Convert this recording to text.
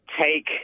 take